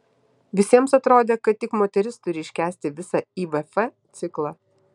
visiems atrodė kad tik moteris turi iškęsti visą ivf ciklą